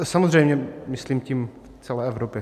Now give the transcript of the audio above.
Samozřejmě myslím tím celé Evropy.